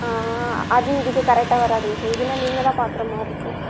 அது இதுக்கு கரெக்டாக வராதுங்க சார் இதெலாம் நீங்கள் தான் பார்க்குற மாதிரி இருக்கும்